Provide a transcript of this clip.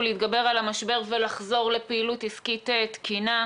להתגבר על המשבר ולחזור לפעילות עסקית תקינה.